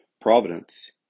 Providence